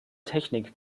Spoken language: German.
technik